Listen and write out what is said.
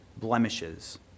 blemishes